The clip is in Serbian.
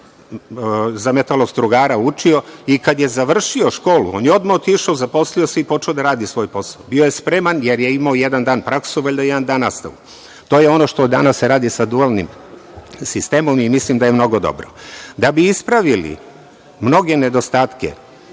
za metalostrugara i kad je završio školu, on je odmah otišao, zaposlio se i počeo da radi svoj posao. Bio je spreman, jer je imao jedan dan praksu a jedan dan nastavu. To je ono što se danas radi sa dualnim sistemom i mislim da je mnogo dobro. Da bi ispravili mnoge nedostatke